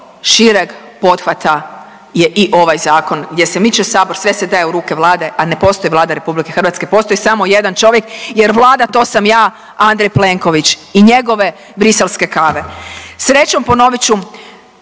šireg pothvata je i ovaj zakon gdje se miče Sabor, sve se daje u ruke Vlade, a ne postoji Vlada RH, postoji samo jedan čovjek jer vlada to sam ja Andrej Plenković i njegove briselske kave. Srećom ponovit ću,